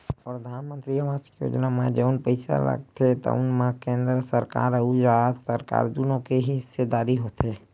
परधानमंतरी आवास योजना म जउन पइसा लागथे तउन म केंद्र सरकार अउ राज सरकार दुनो के हिस्सेदारी होथे